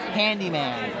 handyman